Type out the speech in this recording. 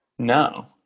No